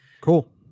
cool